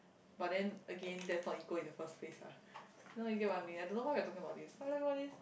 but then again that's not equal in the first place lah you know you get what I mean I don't know why we're talking about this why we talking about this